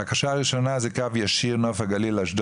בקשה ראשונה זה קו ישיר נוף הגליל-אשדוד,